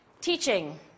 teaching